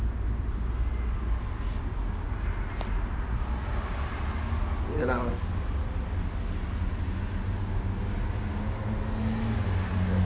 ya lah